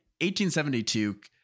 1872